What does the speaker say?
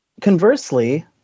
conversely